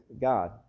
God